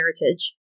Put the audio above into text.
heritage